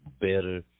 better